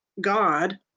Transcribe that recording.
God